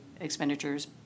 expenditures